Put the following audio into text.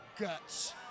guts